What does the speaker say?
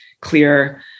clear